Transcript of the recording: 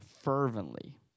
fervently